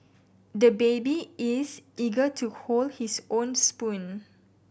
the baby is eager to hold his own spoon